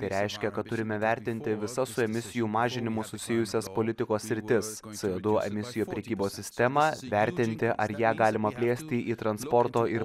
tai reiškia kad turime vertinti visas su emisijų mažinimu susijusias politikos sritis co du emisijų prekybos sistemą vertinti ar ją galima plėsti į transporto ir